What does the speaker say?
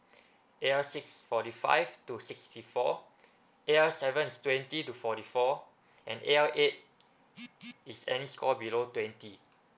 A_L six forty five to sixty four A_L seven is twenty to forty four and A_L eight is any score below twenty